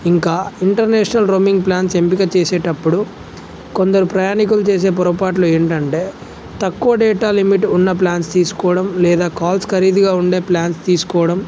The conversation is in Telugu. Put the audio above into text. ఇంకా ఇంటర్నేషనల్ రమ్మింగ్ ప్లాన్స్ ఎంపిక చేసేటప్పుడు కొందరు ప్రయాణికులు చేసే పొరపాట్లు ఏంటంటే తక్కువ డేటా లిమిట్ ఉన్న ప్లాన్స్ తీసుకోవడం లేదా కాల్స్ ఖరీదుగా ఉండే ప్లాన్స్ తీసుకోవడం